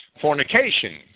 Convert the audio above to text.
fornication